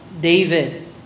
David